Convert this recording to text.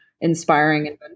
inspiring